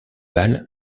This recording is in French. balle